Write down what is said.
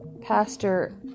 Pastor